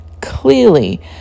clearly